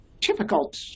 difficult